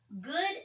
Good